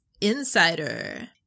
Insider